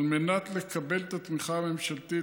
על מנת לקבל את התמיכה הממשלתית,